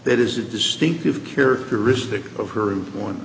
that is the distinctive characteristic of her on